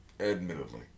admittedly